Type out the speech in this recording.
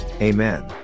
Amen